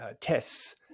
tests